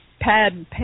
pad